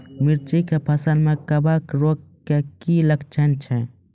मिर्ची के फसल मे कवक रोग के की लक्छण छै?